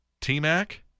T-Mac